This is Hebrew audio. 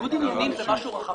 ניגוד עניינים זה משהו רחב.